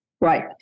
Right